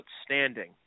outstanding